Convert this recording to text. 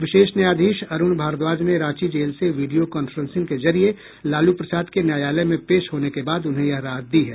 विशेष न्यायाधीश अरूण भारद्वाज ने रांची जेल से वीडियो कॉन्फ्रेंसिंग के जरिए लालू प्रसाद के न्यायालय में पेश होने के बाद उन्हें यह राहत दी है